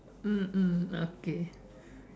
mm mm okay